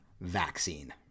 vaccine